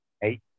hey